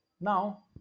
now